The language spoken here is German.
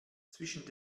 zwischen